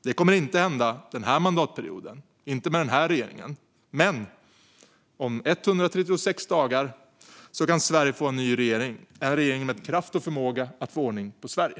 Det kommer inte att hända den här mandatperioden, inte med den här regeringen, men om 136 dagar kan Sverige få en ny regering - en regering med kraft och förmåga att få ordning på Sverige.